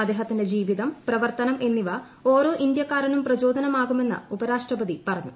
അദ്ദേഹത്തിന്റെ ജീവിതം പ്രവർത്തനം എന്നിവ ഓരോ ഇന്ത്യക്കാരനും പ്രചോദനമാകുമെന്ന് ഉപരാഷ്ട്രപതി പറഞ്ഞു